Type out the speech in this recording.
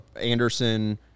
Anderson